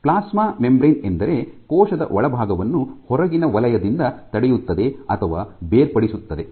plasma membrane ಎಂದರೆ ಕೋಶದ ಒಳಭಾಗವನ್ನು ಹೊರಗಿನ ವಲಯದಿಂದ ತಡೆಯುತ್ತದೆ ಅಥವಾ ಬೇರ್ಪಡಿಸುತ್ತದೆ